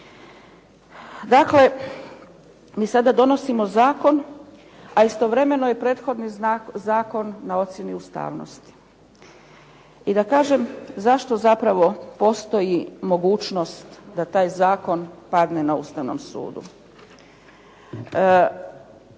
Dakle, mi sada dolazimo zakon, a istovremeno je prethodni zakon na ocjeni ustavnosti. I da kažem zašto zapravo postoji mogućnost da taj zakon padne na Ustavnom sudu.